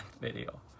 video